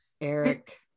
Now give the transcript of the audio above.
Eric